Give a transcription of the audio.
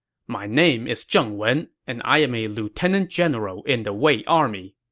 my name is zheng wen, and i am a lieutenant general in the wei army.